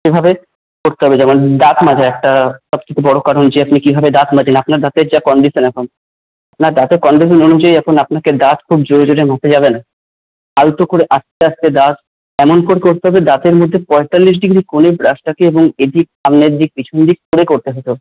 এভাবে করতে হবে যেমন দাঁত মাজা একটা সবথেকে বড় কারণ যে আপনি কীভাবে দাঁত মাজেন আপনার দাঁতের যা কন্ডিশন এখন আপনার দাঁতের কন্ডিশন অনুযায়ী আপনাকে দাঁত খুব জোরে জোরে মাজতে যাবেন না আলতো করে আস্তে আস্তে দাঁত এমন করে করতে হবে দাঁতের মধ্যে পয়তাল্লিশ ডিগ্রী কোণে ব্রাশটাকে এদিক সামনের দিক পিছন দিক করে করতে হত